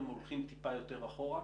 הם הולכים טיפה יותר אחורה,